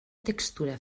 textura